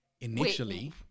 Initially